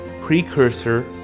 precursor